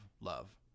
love